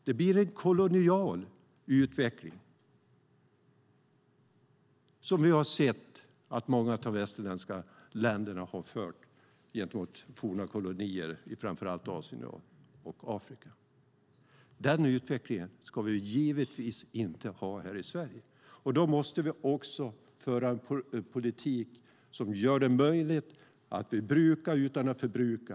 Det blir en kolonial utveckling liksom den som västerländska länder har lett gentemot forna kolonier i framför allt Asien och Afrika. En sådan utveckling ska vi givetvis inte ha här i Sverige, och då måste vi föra en politik som gör det möjligt att bruka utan att förbruka.